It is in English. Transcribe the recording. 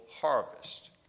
harvest